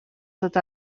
tot